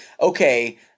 okay